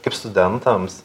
kaip studentams